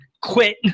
quit